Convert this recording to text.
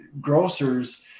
grocers